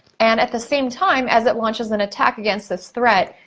and at the same time as it launches an attack against this threat,